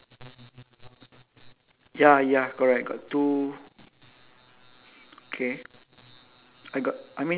but your your socks two socks is it normal socks or like one going up one going down something like that